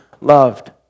loved